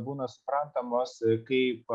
būna suprantamos kaip